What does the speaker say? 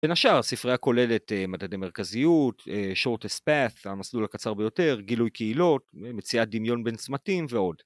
בין השאר, הספריה כוללת מדדי מרכזיות, shortest path, המסלול הקצר ביותר, גילוי קהילות, מציאת דמיון בין צמתים ועוד.